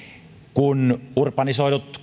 kun urbanisoidut